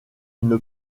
une